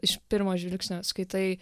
iš pirmo žvilgsnio skaitai